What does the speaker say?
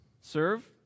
serve